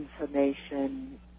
information